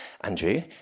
Andrew